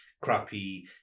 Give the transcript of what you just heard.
crappy